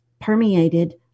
permeated